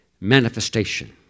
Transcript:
manifestation